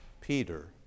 Peter